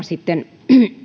sitten